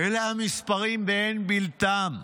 אלה המספרים ואין בלתם.